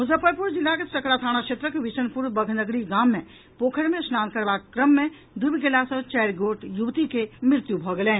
मुजफ्फरपुर जिलाक सकरा थाना क्षेत्रक विशनपुर बघनगरी गाम मे पोखरि मे स्नान करबाक क्रम मे डूबि गेला सँ चारि गोट युवती के मृत्यु भऽ गेलनि